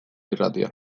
irratia